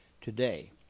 today